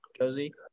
Josie